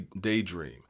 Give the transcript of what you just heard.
Daydream